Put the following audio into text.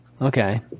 Okay